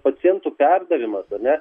pacientų perdavimas ar ne